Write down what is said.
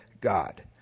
God